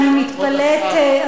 אני מתפלאת,